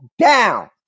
down